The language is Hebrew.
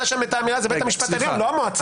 את האמירה זה בית המשפט העליון לא המועצה.